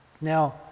Now